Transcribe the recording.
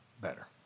better